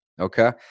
Okay